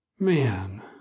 Man